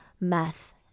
math